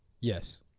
yes